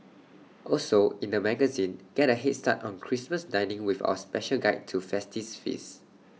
also in the magazine get A Head start on Christmas dining with our special guide to festive feasts